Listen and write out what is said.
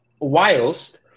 Whilst